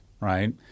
right